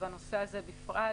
ובנושא הזה בפרט.